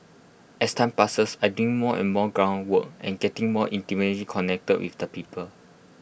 as time passes I doing more and more ground work and getting more intimately connected with the people